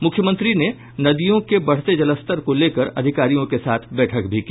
मुख्यमंत्री ने नदियों के बढ़ते जलस्तर को लेकर अधिकारियों के साथ बठैक भी की